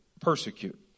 persecute